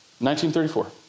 1934